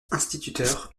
instituteur